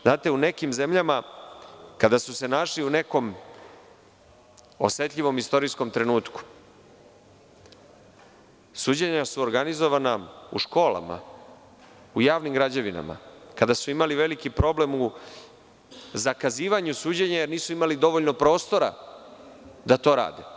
Znate, u nekim zemljama, kada su se našli u nekom osetljivom istorijskom trenutku, suđenja su organizovana u školama, u javnim građevinama, kada su imali veliki problem u zakazivanju suđenja jer nisu imali dovoljno prostora da to rade.